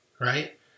right